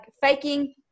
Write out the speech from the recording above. faking